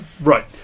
right